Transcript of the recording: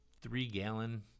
three-gallon